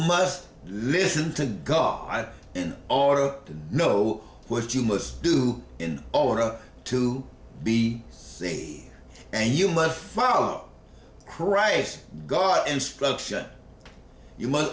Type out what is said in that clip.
must listen to god in order to know what you must do in order to be see and you must follow christ god instruction you must